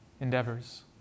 endeavors